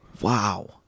Wow